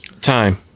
Time